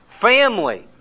family